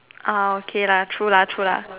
ah okay lah true lah true lah